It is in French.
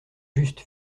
juste